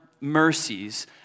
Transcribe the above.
mercies